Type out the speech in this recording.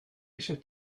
eisiau